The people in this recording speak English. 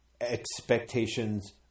expectations